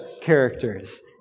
characters